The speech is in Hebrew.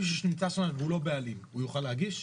מישהו שנמצא שם והוא לא בעלים הוא יוכל להגיש?